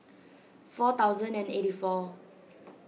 four thousand and eighty four